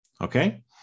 Okay